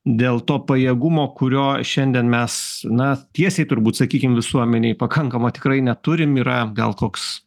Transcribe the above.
dėl to pajėgumo kurio šiandien mes na tiesiai turbūt sakykim visuomenei pakankamo tikrai neturim yra gal koks